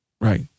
right